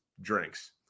drinks